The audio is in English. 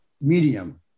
medium